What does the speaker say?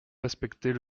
respectez